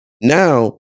Now